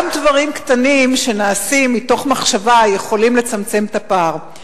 גם דברים קטנים שנעשים מתוך מחשבה יכולים לצמצם את הפער,